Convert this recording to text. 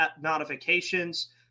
notifications